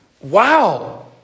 Wow